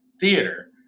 theater